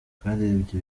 twarebye